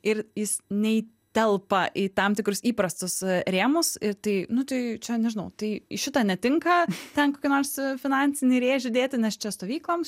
ir jis nei telpa į tam tikrus įprastus rėmus ir tai nu tai čia nežinau tai į šitą netinka ten kokį nors finansinį rėžį dėti nes čia stovykloms